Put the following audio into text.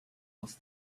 off